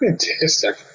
Fantastic